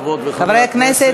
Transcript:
חברות וחברי הכנסת,